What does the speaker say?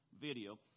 video